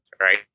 Right